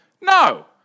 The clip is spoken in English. No